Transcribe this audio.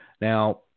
Now